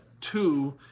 two